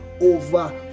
over